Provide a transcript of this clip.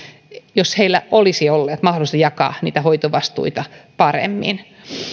jos heillä olisi ollut mahdollisuus jakaa niitä hoitovastuita paremmin